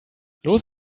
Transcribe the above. los